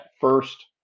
first